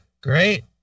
Great